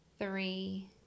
three